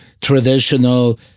traditional